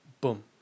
boom